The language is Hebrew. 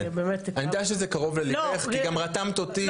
אני יודע שזה קרוב לליבך כי גם רתמת אותי.